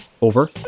Over